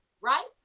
right